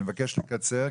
אני מבקש לקצר,